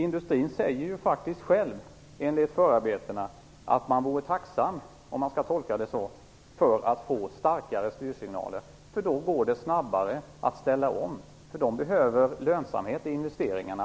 Industrin säger själv, enligt förarbetena, att den är tacksam - om man skall tolka det så - för starkare styrsignaler. Då skulle det gå snabbare att ställa om. Industrin behöver lönsamhet i investeringarna.